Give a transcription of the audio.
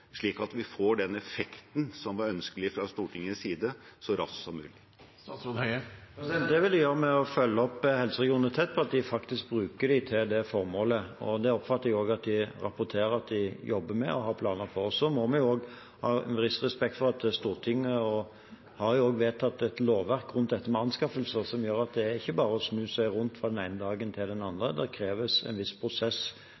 slik at vi får den effekten som var ønskelig fra Stortingets side, så raskt som mulig? Det vil jeg gjøre med å følge opp helseregionene tett på at de faktisk bruker dem til det formålet. Det oppfatter jeg også at de rapporterer at de jobber med og har planer for. Så må vi også ha en viss respekt for at Stortinget har vedtatt et lovverk rundt dette med anskaffelser som gjør at det ikke bare er å snu seg rundt fra den ene dagen til den